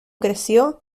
creció